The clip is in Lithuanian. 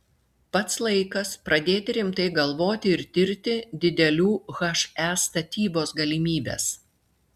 pats laikas pradėti rimtai galvoti ir tirti didelių he statybos galimybes